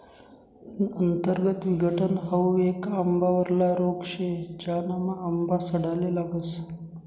अंतर्गत विघटन हाउ येक आंबावरला रोग शे, ज्यानामा आंबा सडाले लागस